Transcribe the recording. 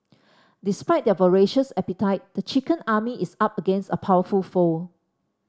despite their voracious appetite the chicken army is up against a powerful foe